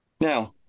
Now